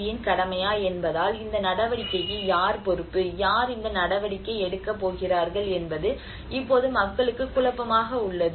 யின் கடமையா என்பதால் இந்த நடவடிக்கைக்கு யார் பொறுப்பு யார் இந்த நடவடிக்கை எடுக்கப் போகிறார்கள் என்பது இப்போது மக்களுக்கு குழப்பமாக உள்ளது